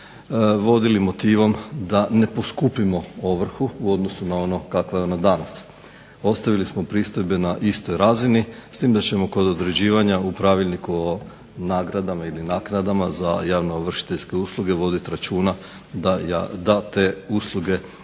vodili motivom da ne poskupimo ovrhu u odnosu na ono kakva je ona danas. Ostavili smo pristojbe na istoj razini s tim da ćemo kod određivanja u pravilniku o nagradama ili naknadama za javnoovršiteljske usluge voditi računa da te usluge koje